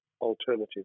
alternative